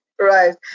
Right